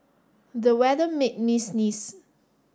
the weather made me sneeze